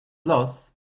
loss